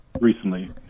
recently